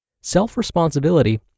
Self-responsibility